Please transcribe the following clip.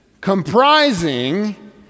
Comprising